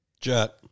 Jet